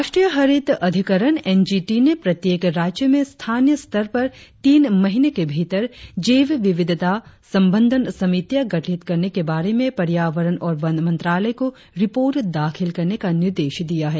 राष्ट्रीय हरित अधिकरण एनजीटी ने प्रत्येक राज्य में स्थानीय स्तर पर तीन महीने के भीतर जैव विविधता संबंधन समितियां गठित करने के बारे में पर्यावरण और वन मंत्रालय को रिपोर्ट दाखिल करने का निर्देश दिया है